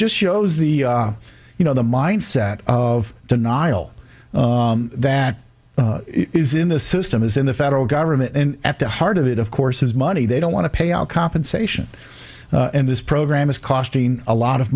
just shows the you know the mindset of denial that is in the system is in the federal government and at the heart of it of course is money they don't want to pay out compensation and this program is costing a lot of